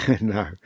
No